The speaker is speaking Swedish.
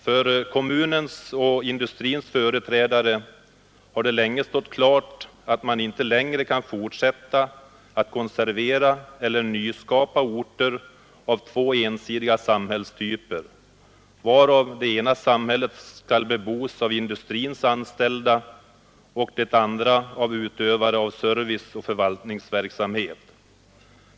För kommunens och industrins företrädare har det länge stått klart, att man inte längre kan fortsätta att konservera eller nyskapa orter av två ensidiga typer, av vilka det ena samhället skall bebos av industrins anställda och det andra av utövare av serviceoch förvaltningsverksamhet.